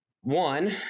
One